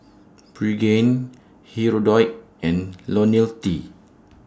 Pregain Hirudoid and Ionil T